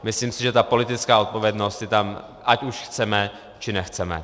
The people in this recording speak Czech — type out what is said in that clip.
Myslím si, že politická odpovědnost je tam, ať už chceme, či nechceme.